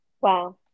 Wow